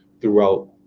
throughout